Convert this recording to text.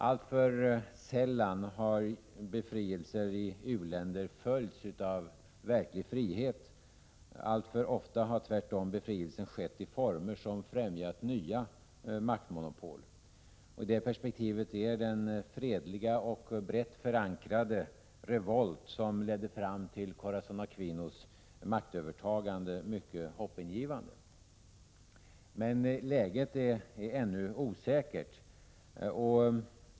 Allför sällan har befrielser i u-länder följts av verklig frihet. Alltför ofta har tvärtom befrielsen skett i former som främjat nya maktmonopol. I det perspektivet är den fredliga och brett förankrade revolt som ledde fram till Corazon Aquinos maktövertagande mycket hoppingivande. 77 Men läget är ännu osäkert.